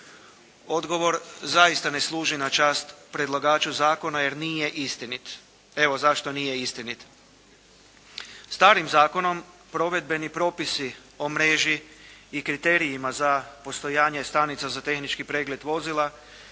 Odgovor zaista ne služi na čast predlagaču zakona jer nije istinit. Evo zašto nije istinit? Starim zakonom provedbeni propisi o mreži i kriterijima za postojanje stanica za tehnički pregled vozila,